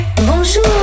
Bonjour